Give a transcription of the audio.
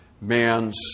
man's